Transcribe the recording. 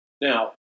Now